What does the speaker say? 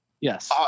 Yes